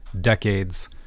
decades